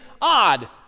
odd